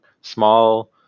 small